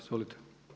Izvolite.